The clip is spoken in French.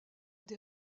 des